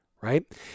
right